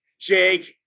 Jake